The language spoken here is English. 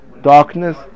darkness